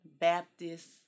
Baptist